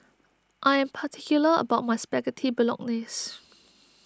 I am particular about my Spaghetti Bolognese